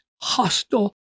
hostile